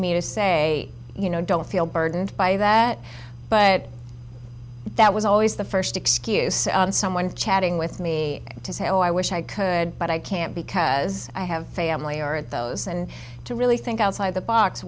me to say you know don't feel burdened by that but that was always the first excuse on some when chatting with me to say oh i wish i could but i can't because i have family or those and to really think outside the box